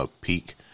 Peak